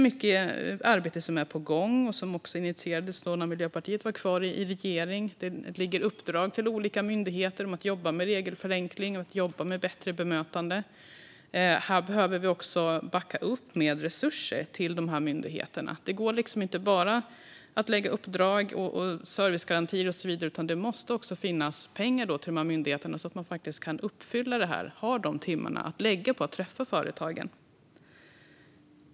Mycket arbete är på gång som initierades när Miljöpartiet var kvar i regering. Det ligger uppdrag till olika myndigheter om att jobba med regelförenkling och med bättre bemötande. Här behöver vi också backa upp med resurser till myndigheterna. Det går inte att bara lägga uppdrag och servicegarantier och så vidare, utan det måste också finnas pengar till de här myndigheterna så att de faktiskt kan uppfylla detta och har de timmarna att lägga på att träffa företagen.